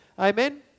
Amen